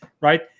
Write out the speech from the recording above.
right